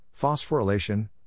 phosphorylation